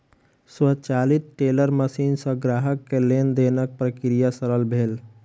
स्वचालित teller machine सॅ ग्राहक के लेन देनक प्रक्रिया सरल भेल